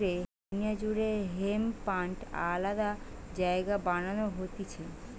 সারা দুনিয়া জুড়ে hemp plant আলাদা জায়গায় বানানো হতিছে